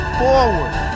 forward